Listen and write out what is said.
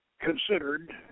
considered